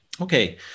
Okay